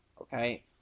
okay